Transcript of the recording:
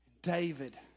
David